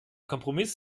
kompromiss